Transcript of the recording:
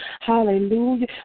Hallelujah